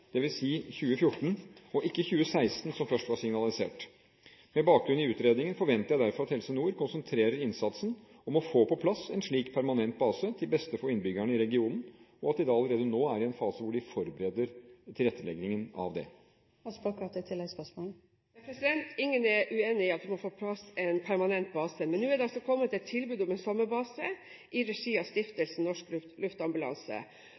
2014 og ikke i 2016, som først var signalisert. Med bakgrunn i utredningen forventer jeg derfor at Helse Nord konsentrerer innsatsen om å få på plass en slik permanent base til beste for innbyggerne i regionen, og at de allerede nå er i en fase hvor de forbereder tilretteleggingen av det. Ingen er uenig i at vi må få på plass en permanent base, men nå er det altså kommet et tilbud om en sommerbase i regi av Stiftelsen Norsk Luftambulanse.